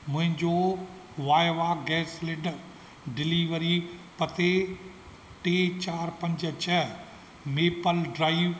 मुहिंजो वाएवा gas cylinder delivery पते टे चारि पंज छ मेपल ड्राईव